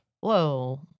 whoa